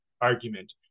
argument